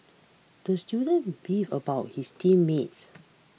the student beefed about his team mates